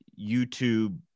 YouTube